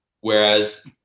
Whereas